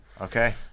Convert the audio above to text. Okay